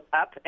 up